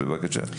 בבקשה.